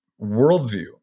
worldview